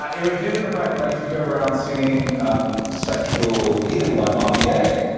ah it was due to the fact that i used to go around singing um sexual healing by marvin gaye.